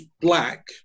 black